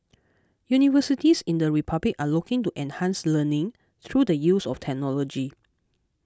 universities in the Republic are looking to enhance learning through the use of technology